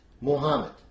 Muhammad